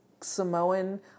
Samoan